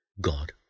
God